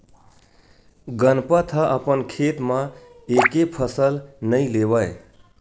गनपत ह अपन खेत म एके फसल नइ लेवय